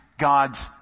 God's